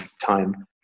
time